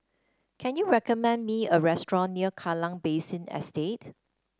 can you recommend me a restaurant near Kallang Basin Estate